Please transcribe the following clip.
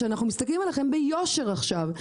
כאשר אנחנו מסתכלים עליכם ביושר עכשיו,